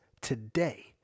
today